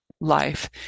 life